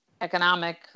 economic